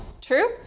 True